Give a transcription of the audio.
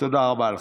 תודה רבה לך.